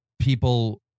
people